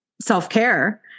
self-care